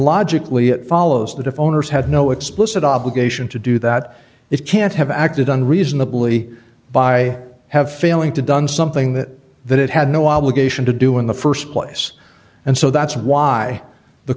logically it follows that if owners had no explicit obligation to do that it can't have acted on reasonably by have failing to done something that that it had no obligation to do in the st place and so that's why the